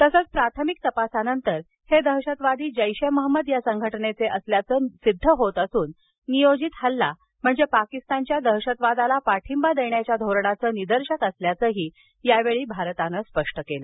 तसंच प्राथमिक तपासानंतर हे दहशतवादी जैशे महंमद या संघटनेचे असल्याचं सिध्द होत असून नियोजित हल्ला म्हणजे पाकिस्तानच्या दहशतवादाला पाठींबा देण्याच्या धोरणाचं निदर्शक असल्याचं यावेळी सांगण्यात आलं